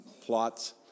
plots